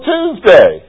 Tuesday